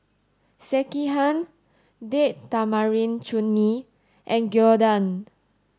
Sekihan Date Tamarind Chutney and Gyudon